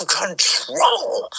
control